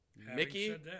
Mickey